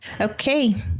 Okay